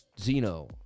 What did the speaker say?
Zeno